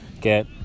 Get